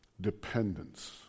dependence